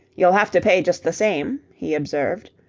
you'll have to pay just the same, he observed,